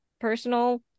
personal